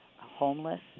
homeless